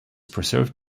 preserved